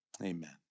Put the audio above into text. Amen